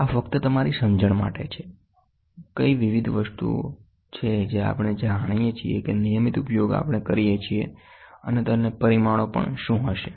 આ ફક્ત તમારી સમજણ માટે છે કઈ વિવિધ વસ્તુઓ છે જે આપણે જાણીએ છીએ કે નિયમિત ઉપયોગ આપણે કરીએ છીએ અને તેના પરિમાણો શું છે